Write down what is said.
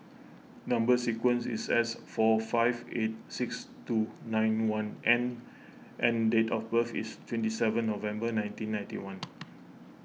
Number Sequence is S four five eight six two nine one N and date of birth is twenty seven November nineteen ninety one